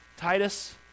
Titus